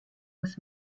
muss